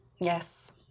Yes